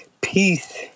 Peace